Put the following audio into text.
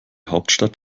hauptstadt